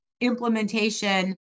implementation